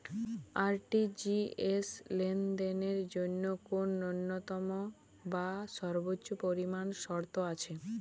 RTGS লেনদেনের জন্য কোন ন্যূনতম বা সর্বোচ্চ পরিমাণ শর্ত আছে?